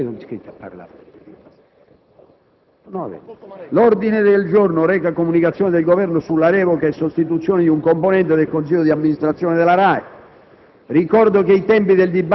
una nuova finestra"). L'ordine del giorno reca: «Comunicazioni del Governo sulla revoca e sostituzione di un componente del Consiglio di amministrazione della RAI».